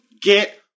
get